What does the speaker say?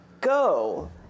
go